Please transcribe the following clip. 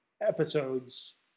episodes